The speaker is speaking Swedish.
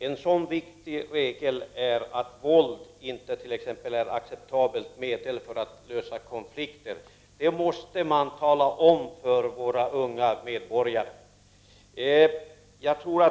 En sådan viktig regel är t.ex. att våld inte är ett acceptabelt medel för att lösa konflikter. Detta måste man tala om för våra unga medborgare.